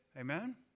Amen